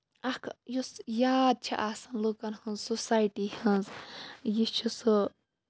اکھ یُس یاد چھےٚ آسان لوٗکَن ہنز سوسایٹی ہنز یہِ چھِ سُہ